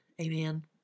Amen